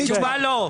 התשובה היא לא.